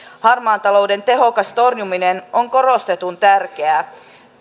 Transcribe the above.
harmaan talouden tehokas torjuminen on korostetun tärkeää